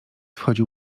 wchodził